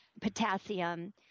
potassium